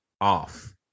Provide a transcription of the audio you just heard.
off